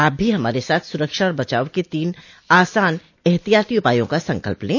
आप भी हमारे साथ सुरक्षा और बचाव के तीन आसान एहतियाती उपायों का संकल्प लें